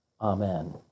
Amen